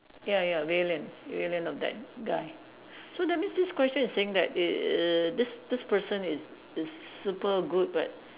ya ya villain villain of that guy so that means this question is saying that err this this person is is super good but